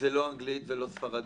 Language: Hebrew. כל המטרה היא להנגישם לציבור.